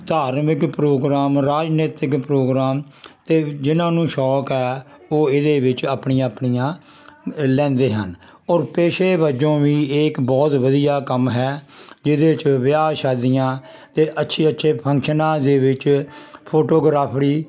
ਧਾਰਮਿਕ ਪ੍ਰੋਗਰਾਮ ਰਾਜਨੀਤਿਕ ਪ੍ਰੋਗਰਾਮ ਅਤੇ ਜਿਨ੍ਹਾਂ ਨੂੰ ਸ਼ੌਕ ਹੈ ਉਹ ਇਹਦੇ ਵਿੱਚ ਆਪਣੀ ਆਪਣੀਆਂ ਲੈਂਦੇ ਹਨ ਔਰ ਪੇਸ਼ੇ ਵੱਜੋਂ ਵੀ ਇਹ ਇੱਕ ਬਹੁਤ ਵਧੀਆ ਕੰਮ ਹੈ ਜਿਹਦੇ ਵਿੱਚ ਵਿਆਹ ਸ਼ਾਦੀਆਂ ਅਤੇ ਅੱਛੇ ਅੱਛੇ ਫੰਕਸ਼ਨਾਂ ਦੇ ਵਿੱਚ ਫੋਟੋਗ੍ਰਾਫਰੀ